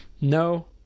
no